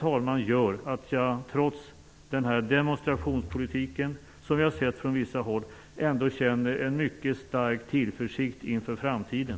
Detta gör att jag, trots den demonstrationspolitik vi har sett från vissa håll, känner en mycket stark tillförsikt inför framtiden.